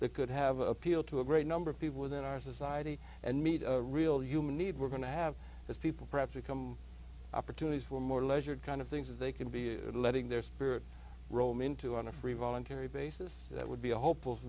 the could have appealed to a great number of people within our society and meet a real human need we're going to have as people perhaps become opportunities for more leisure kind of things that they can be you know letting their spirit roam into on a free voluntary basis that would be a hopeful